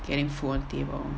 getting food on table